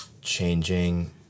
changing